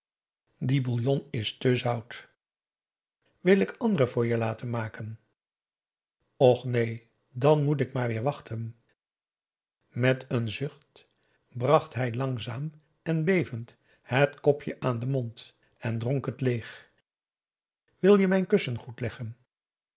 die bouillon is te zout wil ik andere voor je laten maken och neen dan moet ik maar weer wachten met een zucht bracht hij langzaam en bevend het kopje aan den mond en dronk het leeg wil je mijn kussens goed leggen